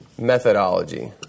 methodology